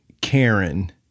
Karen